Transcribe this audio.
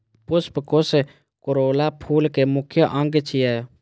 पुष्पकोष कोरोला फूल के मुख्य अंग छियै